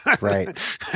Right